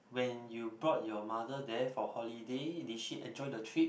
when you brought your mother there for holiday did she enjoy the trip